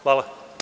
Hvala.